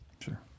Sure